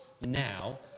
now